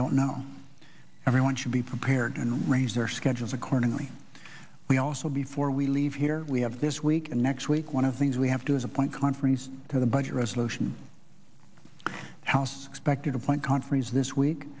don't know everyone should be prepared and raise their schedules accordingly we also before we leave here we have this week and next week one of things we have to is appoint conferees to the budget resolution house expected appoint conferees this week